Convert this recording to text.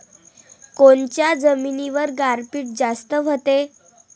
कोनच्या जमिनीवर गारपीट जास्त व्हते?